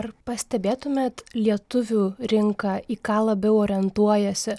ar pastebėtumėt lietuvių rinka į ką labiau orientuojasi